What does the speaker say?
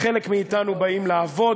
באים לעבוד,